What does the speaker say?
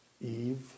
Eve